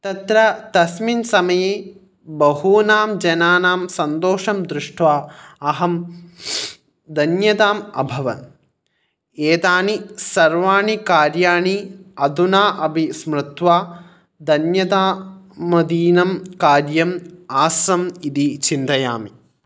तत्र तस्मिन् समये बहूनां जनानां सन्तोषं दृष्ट्वा अहं धन्यताम् अभवन् एतानि सर्वाणि कार्याणि अदुना अपि स्मृत्वा धन्यता मदीयं कार्यं आसम् इति चिन्तयामि